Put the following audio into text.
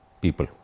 people